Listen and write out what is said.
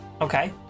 Okay